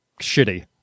shitty